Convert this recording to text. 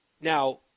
Now